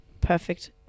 perfect